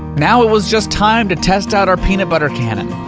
now, it was just time to test out our peanut butter cannon. oh,